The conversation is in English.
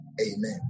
Amen